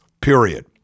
period